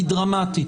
היא דרמטית.